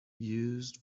used